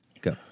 Go